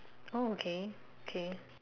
oh okay okay